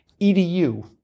EDU